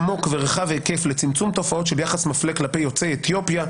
עמוק ורחב היקף לצמצום תופעות של יחס מפלה כלפי יוצאי אתיופיה,